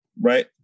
right